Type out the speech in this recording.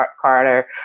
Carter